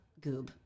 goob